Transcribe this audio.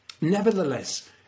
nevertheless